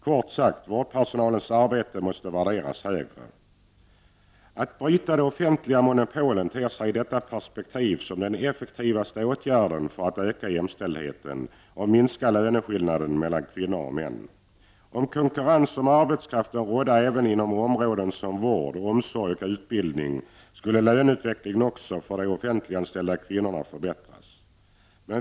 Kort sagt: Vårdpersonalens arbete måste värderas högre. Att bryta det offentliga monopolet ter sig i detta perspektiv som den effektivaste åtgärden för att öka jämställdheten och minska löneskillnaden mellan kvinnor och män. Om det rådde konkurrens om arbetskraft även inom sådana områden som vård, omsorg och utbildning, skulle löneutvecklingen också för de offentliganställda kvinnorna förbättras.